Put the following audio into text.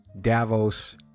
Davos